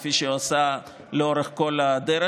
כפי שהיא עושה לאורך כל הדרך.